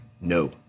no